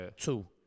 two